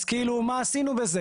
אז מה עשינו בזה?